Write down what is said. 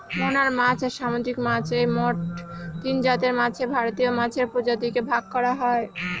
মোহনার মাছ, ও সামুদ্রিক মাছ এই মোট তিনজাতের মাছে ভারতীয় মাছের প্রজাতিকে ভাগ করা যায়